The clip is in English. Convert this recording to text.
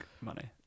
money